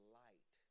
light